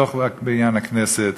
בתוך בניין הכנסת.